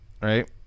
right